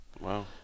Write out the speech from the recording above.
Wow